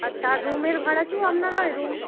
আচ্ছা আর রুমের ভাড়া কি ও আপনারা ওই রুম